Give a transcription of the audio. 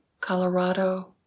Colorado